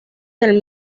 del